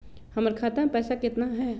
हमर खाता मे पैसा केतना है?